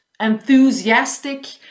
enthusiastic